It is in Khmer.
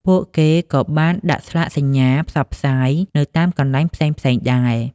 ពួកគេក៏បានដាក់ស្លាកសញ្ញាផ្សព្វផ្សាយនៅតាមកន្លែងផ្សេងៗដែរ។